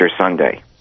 Sunday